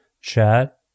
chat